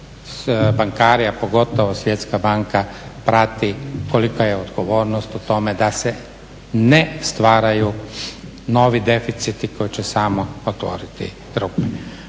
bankari, a pogotovo Svjetska banka prati kolika je odgovornost u tome da se ne stvaraju novi deficiti koji će samo otvoriti rupe.